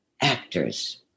actors